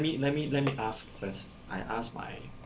let me let me let me ask first I ask my